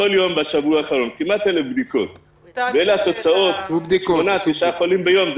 בכל יום בשבוע האחרון ואלה התוצאות: 8 9 חולים ביום.